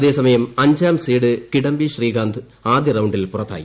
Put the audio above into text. അതേസമയം അഞ്ചാം സീഡ് കിഡംബി ശ്രീകാന്ത് ആദ്യ റൌ ിൽ പുറത്തായി